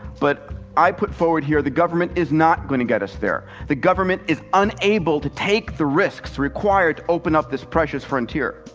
but i put forward here, the government is not going to get us there. the government is unable to take the risks required to open up this precious frontier.